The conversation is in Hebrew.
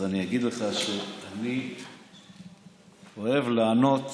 אז אני אגיד לך שאני אוהב לענות